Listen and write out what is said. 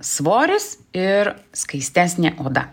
svoris ir skaistesnė oda